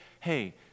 hey